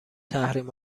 تحریم